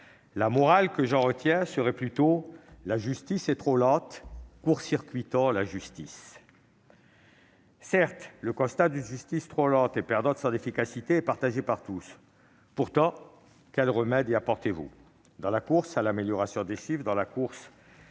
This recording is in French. la morale que j'en retiens serait plutôt celle-ci : la justice est trop lente, court-circuitons la justice ! Certes, le constat d'une justice trop lente et perdant de son efficacité est partagé par tous, mais quels remèdes y apportez-vous ? Dans la course à l'amélioration des chiffres et à l'affichage,